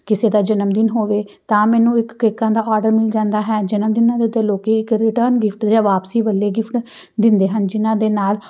ਕਿਸੇ ਦਾ ਜਨਮਦਿਨ ਹੋਵੇ ਤਾਂ ਮੈਨੂੰ ਇੱਕ ਕੇਕਾਂ ਦਾ ਔਰਡਰ ਮਿਲ ਜਾਂਦਾ ਹੈ ਜਨਮ ਦਿਨਾਂ ਦੇ ਉੱਤੇ ਲੋਕ ਇੱਕ ਰਿਟਰਨ ਗਿਫ਼ਟ ਜਾਂ ਵਾਪਸੀ ਵੇਲੇ ਗਿਫ਼ਟ ਦਿੰਦੇ ਹਨ ਜਿਨ੍ਹਾਂ ਦੇ ਨਾਲ਼